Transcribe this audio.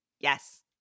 Yes